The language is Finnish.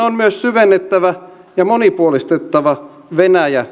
on myös syvennettävä ja monipuolistettava venäjä